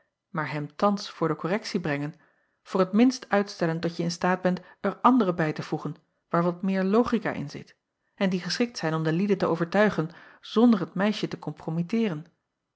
maar hem thans voor de korrektie brengen voor t minst uitstellen tot je in staat bent er andere bij te voegen waar wat meer logica in zit en die geschikt zijn om de lieden te overtuigen zonder het meisje te